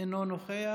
אינו נוכח.